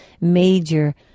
major